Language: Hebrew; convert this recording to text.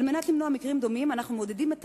על מנת למנוע מקרים דומים אנחנו מעודדים את